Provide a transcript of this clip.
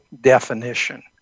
definition